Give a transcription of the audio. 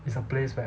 it's a place where